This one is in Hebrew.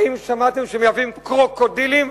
האם שמעתם שמייבאים קרוקודילים?